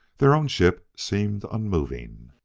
their own ship seemed unmoving